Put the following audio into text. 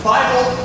Bible